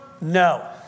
No